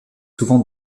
souvent